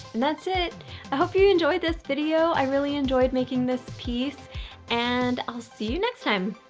that's it i hope you enjoyed this video i really enjoyed making this piece and i'll see you next time,